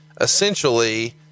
essentially